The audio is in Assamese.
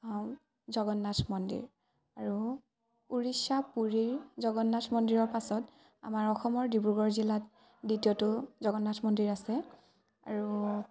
জগন্নাথ মন্দিৰ আৰু উৰিষ্যা পুৰিৰ জগন্নাথ মন্দিৰৰ পাছত আমাৰ অসমৰ ডিব্ৰুগড় জিলাত দ্বিতীয়টো জগন্নাথ মন্দিৰ আছে আৰু